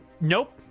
Nope